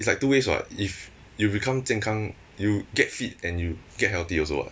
it's like two ways what if you become 健康 you get fit and you get healthy also [what]